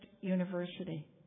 university